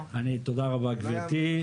האחד זה תיקון בחוק לשירותי הדת היהודיים